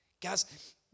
Guys